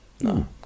No